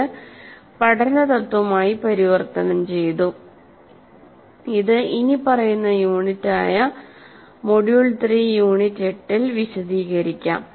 ഇത് പഠന തത്വമായി പരിവർത്തനം ചെയ്തു ഇത് ഇനിപ്പറയുന്ന യൂണിറ്റായ M3U8 ൽ വിശദീകരിക്കാം